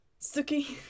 Suki